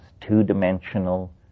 two-dimensional